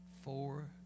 four